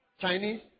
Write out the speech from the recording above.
Chinese